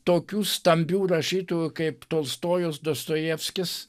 tokių stambių rašytų kaip tolstojus dostojevskis